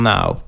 Now